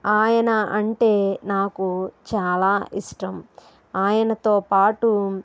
ఆయన అంటే నాకు చాలా ఇష్టం